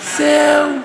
זהו.